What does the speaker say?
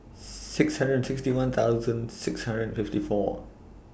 six hundred and sixty one thousand six hundred and fifty four